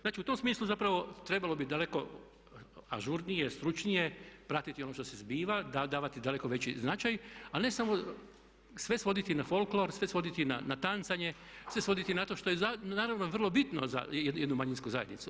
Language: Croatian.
Znači, u tom smislu zapravo trebalo bi daleko ažurnije, stručnije pratiti ono što se zbiva, davati daleko veći značaj, a ne samo sve svoditi na folklor, sve svoditi na tancanje, sve svoditi na to što je naravno vrlo bitno za jednu manjinsku zajednicu.